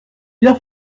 bien